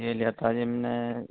یہ لیا تھا جی ہم نے